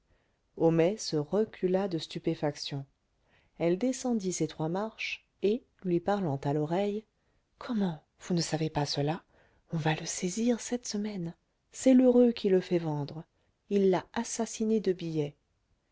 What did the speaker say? homais se recula de stupéfaction elle descendit ses trois marches et lui parlant à l'oreille comment vous ne savez pas cela on va le saisir cette semaine c'est lheureux qui le fait vendre il l'a assassiné de billets